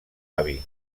avi